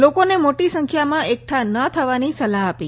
લોકોને મોટી સંખ્યામાં એકઠા ન થવાની સલાહ આપી